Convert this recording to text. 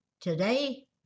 today